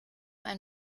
ein